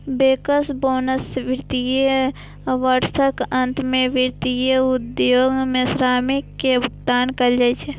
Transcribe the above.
bankers bonus वित्त वर्षक अंत मे वित्तीय उद्योग के श्रमिक कें भुगतान कैल जाइ छै